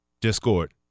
Discord